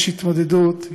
יש התמודדות,